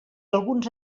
alguns